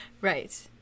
Right